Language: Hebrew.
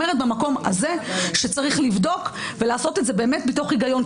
אני רק אומרת במקום הזה שצריך לבדוק ולעשות את זה באמת מתוך הגיון,